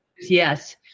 Yes